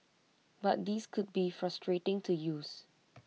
but these could be frustrating to use